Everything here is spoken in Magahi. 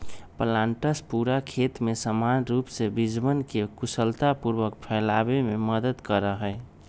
प्लांटर्स पूरा खेत में समान रूप से बीजवन के कुशलतापूर्वक फैलावे में मदद करा हई